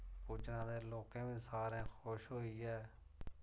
पुज्जना ते लोकें बी सारें खुश होइयै